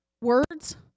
words